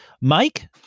Mike